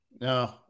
No